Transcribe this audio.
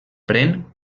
pren